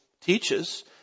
teaches